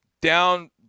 Down